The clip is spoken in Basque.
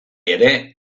ere